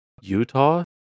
Utah